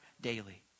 daily